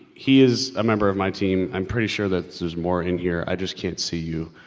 he is a member of my team. i'm pretty sure that there's more in here, i just can't see you.